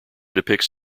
depicts